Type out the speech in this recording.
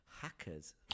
Hackers